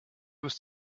wirst